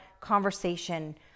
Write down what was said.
conversation